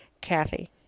Kathy